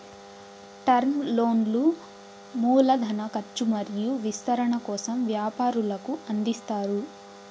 term లోన్లు మూల ధన కర్చు మరియు విస్తరణ కోసం వ్యాపారులకు అందిస్తారు